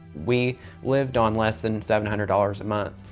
we lived on less than seven hundred dollars a month.